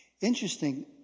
Interesting